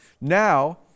Now